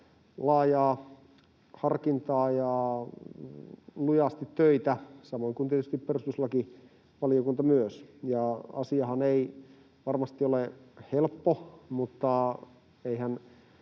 laajaa harkintaa ja lujasti töitä samoin kuin tietysti perustuslakivaliokunta myös. Asiahan ei varmasti ole helppo, mutta eihän